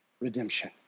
Redemption